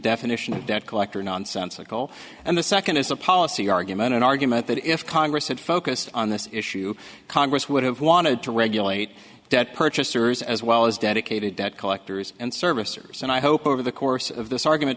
definition of debt collector nonsensical and the second is a policy argument an argument that if congress had focused on this issue congress would have wanted to regulate debt purchasers as well as dedicated debt collectors and services and i hope over the course of this argument